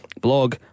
blog